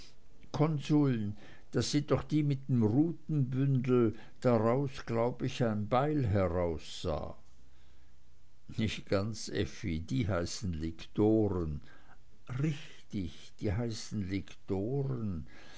konsuln das sind doch die mit dem rutenbündel draus glaub ich ein beil heraussah nicht ganz effi die heißen liktoren richtig die heißen liktoren